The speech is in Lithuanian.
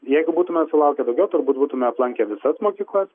jeigu būtume sulaukę daugiau turbūt būtume aplankę visas mokyklas